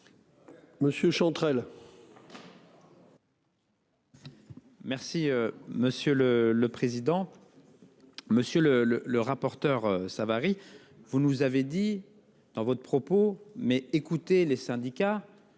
Monsieur Chantrel. Merci monsieur le le président. Monsieur le le le rapporteur Savary. Vous nous avez dit dans votre propos. Mais écoutez, les syndicats